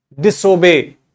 disobey